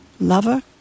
Lover